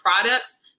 products